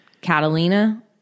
Catalina